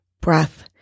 breath